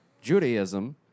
Judaism